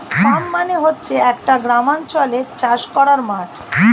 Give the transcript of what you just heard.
farm মানে হচ্ছে একটা গ্রামাঞ্চলে চাষ করার মাঠ